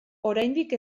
oraindik